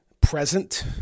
present